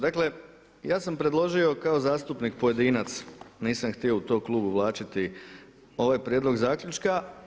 Dakle ja sam predložio kao zastupnik pojedinac, nisam htio u to klub uvlačiti ovaj prijedlog zaključka.